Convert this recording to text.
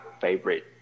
favorite